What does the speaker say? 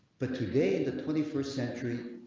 but today the twenty first century.